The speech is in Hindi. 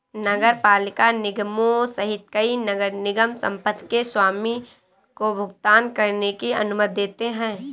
नगरपालिका निगमों सहित कई नगर निगम संपत्ति के स्वामी को भुगतान करने की अनुमति देते हैं